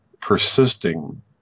persisting